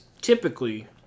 typically